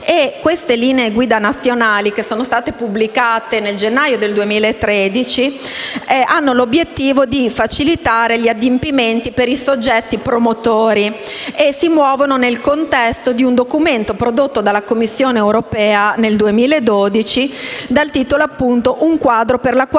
Queste linee guida nazionali, pubblicate nel gennaio 2013, hanno l'obiettivo di facilitare gli adempimenti per i soggetti promotori e si muovono nel contesto di un documento prodotto dalla Commissione europea nel 2012 dal titolo, appunto, «Un quadro per la qualità